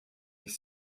ich